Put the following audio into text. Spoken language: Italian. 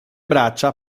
braccia